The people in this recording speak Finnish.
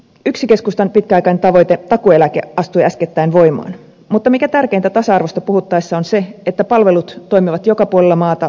yksi keskustan pitkäaikainen tavoite takuueläke astui äskettäin voimaan mutta mikä on tärkeintä tasa arvosta puhuttaessa on se että palvelut toimivat joka puolella maata kaiken ikäisillä